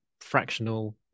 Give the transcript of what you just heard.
fractional